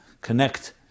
connect